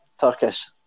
Turkish